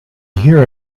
here